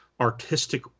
artistic